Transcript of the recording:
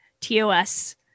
TOS